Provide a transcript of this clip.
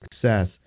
success